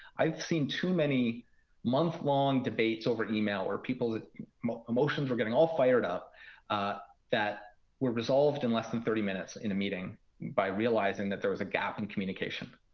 i've seen too many month-long debates over email or people that emotions are getting all fired up ah that were resolved in less than thirty minutes in a meeting by realizing that there was a gap in communication.